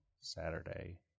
Saturday